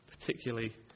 particularly